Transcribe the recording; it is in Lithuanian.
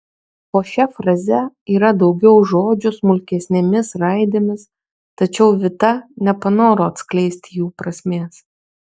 po šia fraze yra daugiau žodžių smulkesnėmis raidėmis tačiau vita nepanoro atskleisti jų prasmės